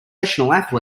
athlete